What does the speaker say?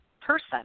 person